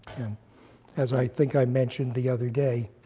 and as, i think, i mentioned the other day